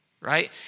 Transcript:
right